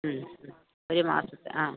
ഒരുമാസത്തെ ആ